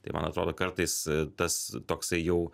tai man atrodo kartais tas toksai jau